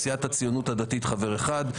סיעת הציונות הדתית חבר אחד,